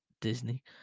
Disney